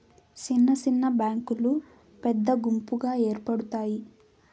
సిన్న సిన్న బ్యాంకులు పెద్ద గుంపుగా ఏర్పడుతాయి